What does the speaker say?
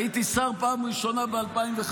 והייתי שר בפעם הראשונה ב-2015.